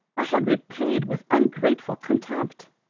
i had repaid with ungrateful contempt.